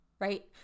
right